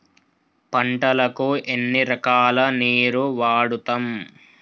పంటలకు ఎన్ని రకాల నీరు వాడుతం?